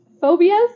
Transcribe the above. phobias